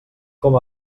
com